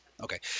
Okay